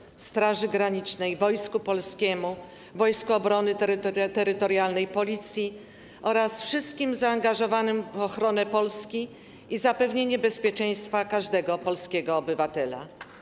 Dziękujemy Straży Granicznej, Wojsku Polskiemu, Wojskom Obrony Terytorialnej, Policji oraz wszystkim zaangażowanym w ochronę Polski i zapewnienie bezpieczeństwa każdemu polskiemu obywatelowi.